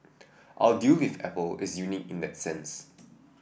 our deal with Apple is unique in that sense